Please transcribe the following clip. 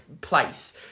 place